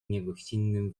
niegościnnym